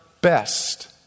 best